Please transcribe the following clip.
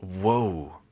Whoa